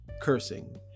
cursing